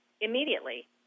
immediately